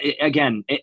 Again